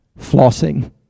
Flossing